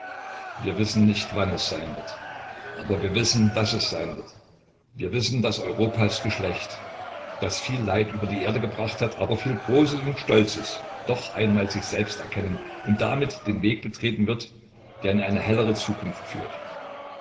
wir wissen nicht wann es sein wird aber wir wissen daß es sein wird wir wissen daß europas geschlecht das viel leid über die erde gebracht hat aber viel großes und stolzes doch einmal sich selbst erkennen und damit den weg betreten wird der in eine hellere zukunft führt